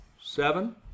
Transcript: Seven